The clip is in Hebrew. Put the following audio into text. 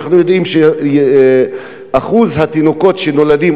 אנחנו יודעים שאחוז התינוקות שנולדים,